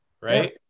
right